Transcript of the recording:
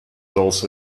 also